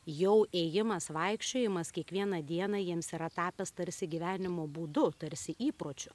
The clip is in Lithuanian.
jau ėjimas vaikščiojimas kiekvieną dieną jiems yra tapęs tarsi gyvenimo būdu tarsi įpročiu